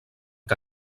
que